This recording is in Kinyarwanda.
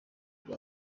rwa